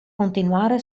continuare